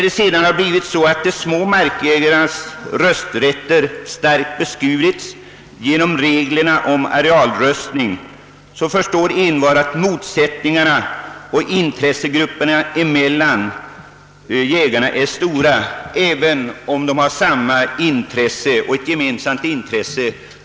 Eftersom dessutom de små markägarnas rösträtt är starkt beskuren genom reglerna om arealröstning, så förstår envar att motsättningarna mellan olika grupper av jägare blivit stora, trots att de bl.a. i viltvården har ett gemensamt intresse.